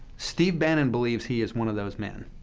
steve bannon believes he is one of those men.